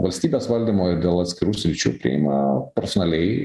valstybės valdymo ir dėl atskirų sričių priima personaliai